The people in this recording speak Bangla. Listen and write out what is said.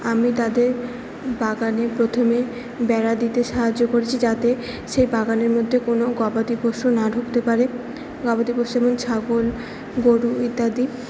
আমি তাদের বাগানে প্রথমে বেড়া দিতে সাহায্য করেছি যাতে সেই বাগানের মধ্যে কোনো গবাদি পশু না ঢুকতে পারে গবাদি পশু ছাগল গরু ইত্যাদি